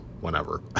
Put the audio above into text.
whenever